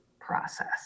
process